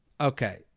Okay